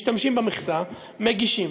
משתמשים במכסה, מגישים.